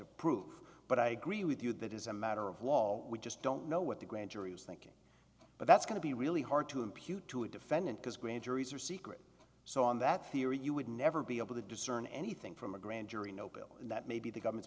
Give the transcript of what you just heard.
to prove but i agree with you that is a matter of law we just don't know what the grand jury was thinking but that's going to be really hard to impute to a defendant because grand juries are secret so on that theory you would never be able to discern anything from a grand jury no bill that may be the government's